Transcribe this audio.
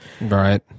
right